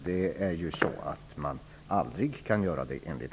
Enligt lagen kan man ju aldrig göra det.